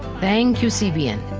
thank you, cbn,